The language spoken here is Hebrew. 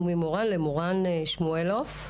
וממורן למורן שמואלוף,